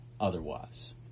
otherwise